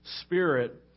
spirit